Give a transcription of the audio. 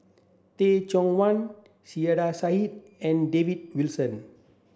Teh Cheang Wan Saiedah Said and David Wilson